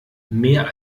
mehr